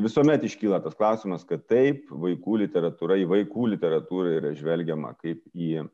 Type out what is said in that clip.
visuomet iškyla tas klausimas kad taip vaikų literatūra į vaikų literatūrą yra žvelgiama kaip į